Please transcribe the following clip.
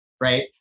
right